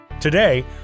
Today